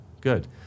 good